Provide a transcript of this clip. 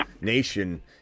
nation